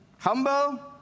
Humble